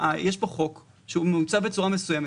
יש פה חוק שמעוצב בצורה מסוימת.